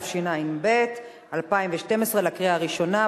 התשע"ב 2012. קריאה ראשונה.